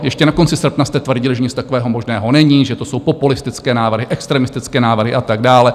Ještě na konci srpna jste tvrdil, že nic takového možného není, že to jsou populistické návrhy, extremistické návrhy a tak dále.